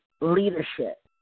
leadership